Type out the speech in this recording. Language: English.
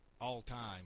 all-time